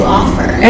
offer